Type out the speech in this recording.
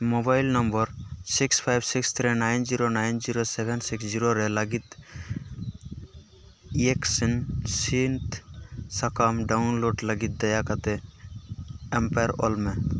mobile number six five six three nine zero nine zero seven six zero ᱨᱮ ᱞᱟᱹᱜᱤᱫ ᱤᱭᱮᱠᱥᱤᱱ ᱥᱤᱫᱽ ᱥᱟᱠᱟᱢ ᱰᱟᱣᱩᱱᱞᱳᱰ ᱞᱟᱹᱜᱤᱫ ᱫᱟᱭᱟ ᱠᱟᱛᱮᱫ ᱮᱢᱯᱟᱭᱟᱨ ᱚᱞᱢᱮ